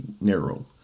narrow